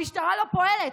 המשטרה לא פועלת.